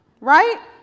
right